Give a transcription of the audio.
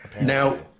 Now